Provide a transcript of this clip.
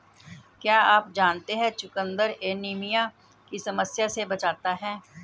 क्या आप जानते है चुकंदर एनीमिया की समस्या से बचाता है?